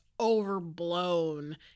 overblown